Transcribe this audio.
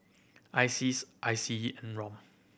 ISEAS I C E and ROM